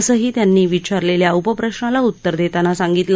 असंही त्यांनी विचारलेल्या उपप्रश्नाला उत्तर देताना सांगितलं